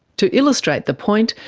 to illustrate the point,